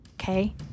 Okay